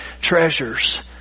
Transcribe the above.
treasures